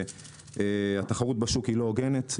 התחרות בשוק לא הוגנת,